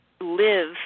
live